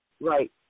Right